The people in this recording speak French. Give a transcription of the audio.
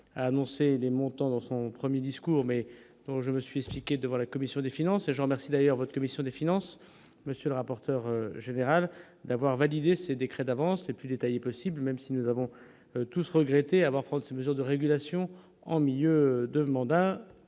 a annoncé des montants dans son 1er discours mais donc je me suis ceux qui étaient devant la commission des finances, et je remercie d'ailleurs votre commission des finances, monsieur le rapporteur général d'avoir validé ses décrets d'avance et plus détaillé possible, même si nous avons tous regretté avoir prendre ces mesures de régulation en milieu de mandat